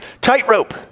tightrope